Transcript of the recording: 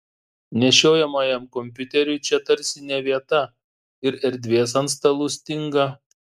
nešiojamajam kompiuteriui čia tarsi ne vieta ir erdvės ant stalų stinga